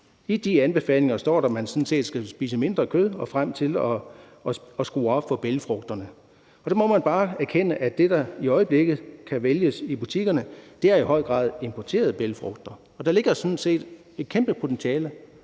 I de anbefalinger står der, at man sådan set skal spise mindre kød og komme frem til at skrue op for bælgfrugterne. Der må man bare erkende, at det, der i øjeblikket kan vælges i butikkerne, i høj grad er importerede bælgfrugter. Og der ligger sådan set et kæmpe potentiale